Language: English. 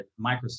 Microsoft